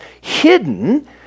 hidden